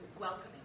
welcoming